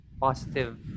positive